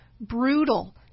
brutal